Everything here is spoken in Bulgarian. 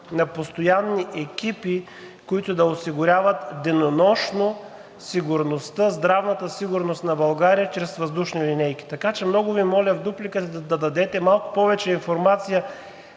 на постоянни екипи, които да осигуряват денонощно сигурността, здравната сигурност на България чрез въздушни линейки. Така че много Ви моля в дупликата да дадете малко повече информация